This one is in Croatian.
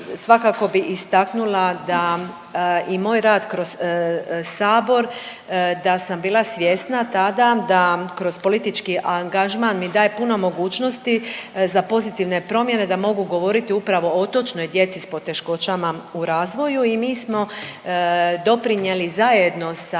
svakako bi istaknula da i moj rad kroz sabor da sam bila svjesna tada da kroz politički angažman mi daje puno mogućnosti za pozitivne promjene da mogu govoriti upravo o otočnoj djeci s poteškoćama u razvoju i mi smo doprinijeli zajedno sa